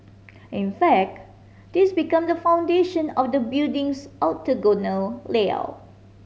in fact this became the foundation of the building's octagonal layout